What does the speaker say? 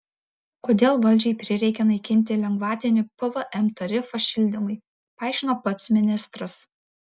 kodėl valdžiai prireikė naikinti lengvatinį pvm tarifą šildymui paaiškino pats ministras